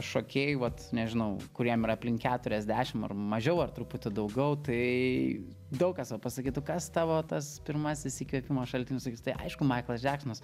šokėjų vat nežinau kuriem yra aplink keturiasdešim ar mažiau ar truputį daugiau tai daug kas va pasakytų kas tavo tas pirmasis įkvėpimo šaltinis tai aišku maiklas džeksonas